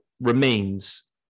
remains